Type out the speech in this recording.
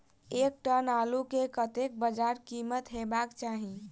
एक टन आलु केँ कतेक बजार कीमत हेबाक चाहि?